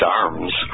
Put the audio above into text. arms